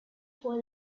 fue